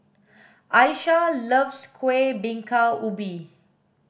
Ayesha loves kuih bingka ubi